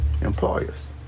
employers